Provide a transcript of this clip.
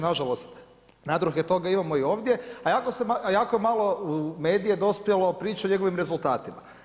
Nažalost, natruhe toga imamo i ovdje, a jako je malo u medije dospjelo priče o njegovim rezultatima.